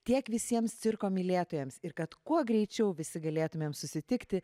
tiek visiems cirko mylėtojams ir kad kuo greičiau visi galėtumėm susitikti